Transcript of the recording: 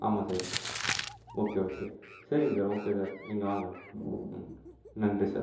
ஆமாம் sir okay okay சரிங்க sir okay sir நீங்கள் வாங்க ம் நன்றி சார்